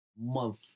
month